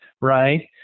right